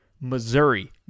Missouri